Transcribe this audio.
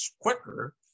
quicker